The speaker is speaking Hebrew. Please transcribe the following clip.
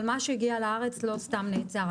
אבל מה שהגיע לארץ לא סתם נעצר.